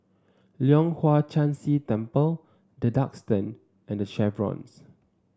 Leong Hwa Chan Si Temple The Duxton and The Chevrons